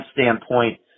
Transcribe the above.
standpoint